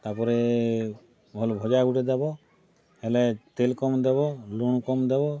ତାପରେ ଭଲ୍ ଭଜା ଗୁଟେ ଦେଦବ ହେଲେ ତେଲ୍ କମ୍ ଦେବେ ଲୁଣ୍ କମ୍ ଦେବ